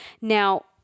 Now